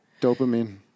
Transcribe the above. Dopamine